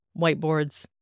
whiteboards